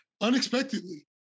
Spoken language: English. unexpectedly